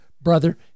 brother